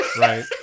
Right